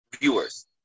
viewers